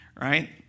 Right